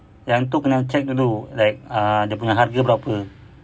yang tu kena check dulu like dia punya harga berapa